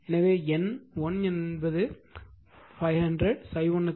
எனவே N1 என்பது 500 ∅1 க்கு 1